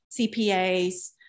CPAs